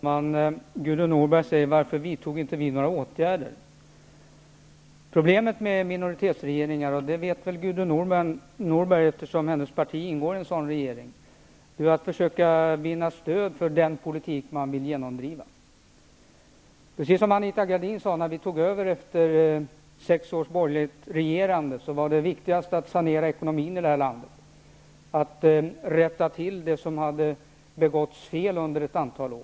Herr talman! Gudrun Norberg frågar varför vi inte vidtog några åtgärder. Problemet med minoritetsregeringar -- det vet väl Gudrun Norberg eftersom hennes parti ingår i en sådan regering -- är att vinna stöd för den politik man vill genomdriva. Precis som Anita Gradin sade när vi tog över efter sex års borgerligt regerande, var det viktigaste att sanera ekonomin i landet och att rätta till det som har gjorts fel under ett antal år.